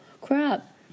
Crap